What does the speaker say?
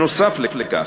נוסף על כך,